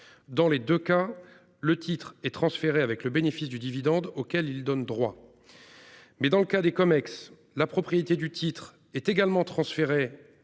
Dans les deux cas, le titre est transféré avec le bénéfice du dividende auquel il donne droit. Mais dans le cas des CumEx, la propriété du titre est également transférée